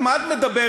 מה את מדברת?